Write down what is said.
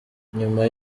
nyuma